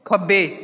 ਖੱਬੇ